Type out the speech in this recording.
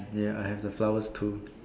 ya I have the flowers too